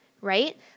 right